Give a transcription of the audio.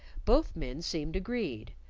both men seemed agreed,